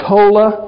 Tola